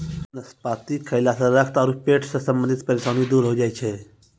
नाशपाती खैला सॅ रक्त आरो पेट सॅ संबंधित परेशानी दूर होय जाय छै